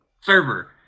Server